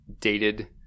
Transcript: dated